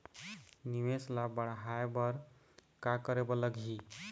निवेश ला बड़हाए बर का करे बर लगही?